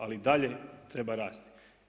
Ali, dalje treba rasti.